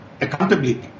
accountability